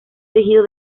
tejido